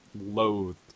loathed